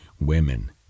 women